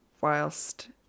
whilst